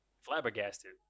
Flabbergasted